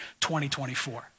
2024